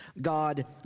God